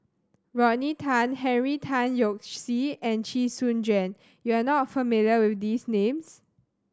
Rodney Tan Henry Tan Yoke See and Chee Soon Juan you are not familiar with these names